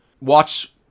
watch